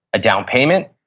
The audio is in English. a down payment,